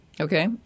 Okay